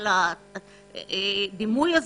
הדימוי.